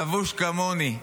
לבוש כמוני: